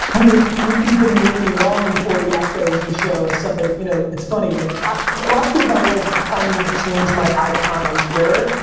ruth, you've been with me long before the askgaryvee show as somebody, you know its funny like a lot of people by the way have been telling me to change my icon on twitter,